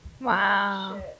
Wow